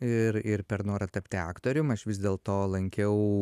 ir ir per norą tapti aktorium aš vis dėlto lankiau